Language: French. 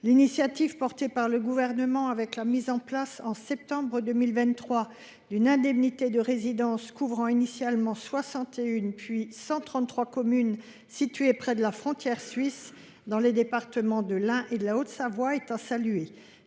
L’initiative, portée par le Gouvernement, consistant à mettre en place, en septembre 2023, une indemnité de résidence couvrant initialement 61, puis 133 communes situées près de la frontière suisse, dans les départements de l’Ain et de la Haute Savoie, est à saluer.